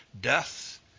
death